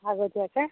আগতীয়াকৈ